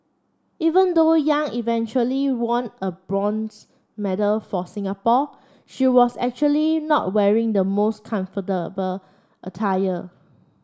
even though Yang eventually won a bronze medal for Singapore she was actually not wearing the most comfortable attire